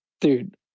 Dude